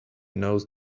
knows